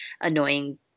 annoying